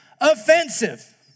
Offensive